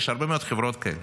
יש הרבה מאוד חברות כאלה.